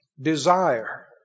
Desire